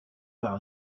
par